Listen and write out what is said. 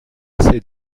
assez